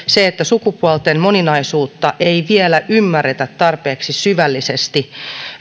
se että sukupuolten moninaisuutta ei vielä ymmärretä tarpeeksi syvällisesti